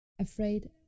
afraid